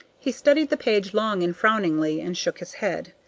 he studied the page long and frowningly and shook his head.